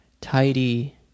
tidy